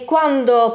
Quando